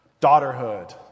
daughterhood